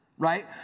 right